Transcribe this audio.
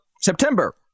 September